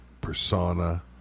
persona